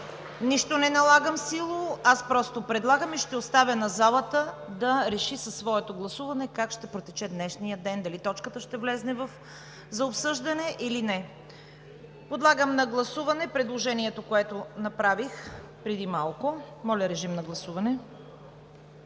Нищо не налагам силово, просто предлагам и ще оставя на залата да реши със своето гласуване как ще протече днешният ден – дали точката ще влезе за обсъждане или не. Подлагам на гласуване предложението, което направих преди малко. Гласували